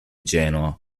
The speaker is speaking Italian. genoa